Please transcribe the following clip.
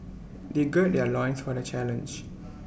they gird their loins for the challenge